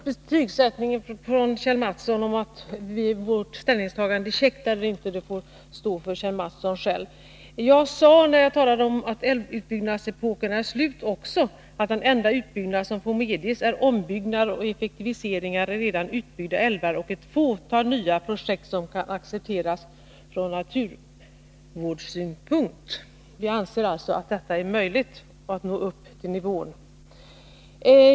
Herr talman! Kjell Mattssons betygsättning beträffande om vårt ställningstagande är käckt eller inte får stå för Kjell Mattsson själv. Jag sade, när jag talade om att älvutbyggnadsepoken är slut, också att det enda som får medges är ombyggnader och effektiviseringar i redan utbyggda älvar och ett fåtal nya projekt som kan accepteras från naturvårdssynpunkt. Vi anser alltså att det är möjligt att nå upp till den avsedda nivån.